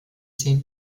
zehn